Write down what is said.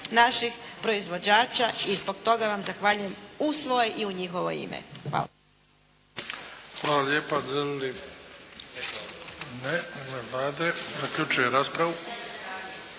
naših proizvođača. I zbog toga vam zahvaljujem u svoje i u njihovo ime. Hvala.